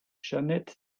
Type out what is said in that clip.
jeanette